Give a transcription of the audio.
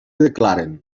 declaren